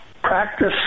practice